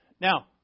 Now